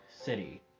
City